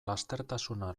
lastertasuna